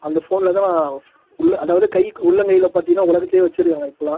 அந்த ஃபோனில் தான் ஃப் உள்ள அதாவது கைக்கு உள்ளங்கையில் பார்த்தீங்கன்னா உலகத்தையே வச்சிருக்காங்க இப்பெல்லாம்